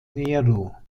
nero